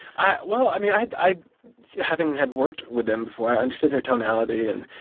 i well, i mean, i i having had worked with them before, i understood their tonality. and,